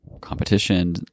competition